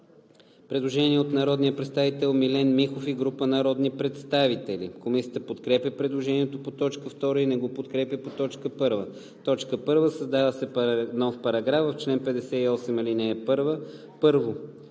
Предложение на народния представител Милен Михов и група народни представители. Комисията подкрепя предложението по т. 2 и т. 3 и не го подкрепя по т. 1. „1. Създава се нов параграф „В чл. 99: 1.